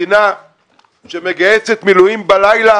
מדינה שמגייסת מילואים בלילה